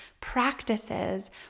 practices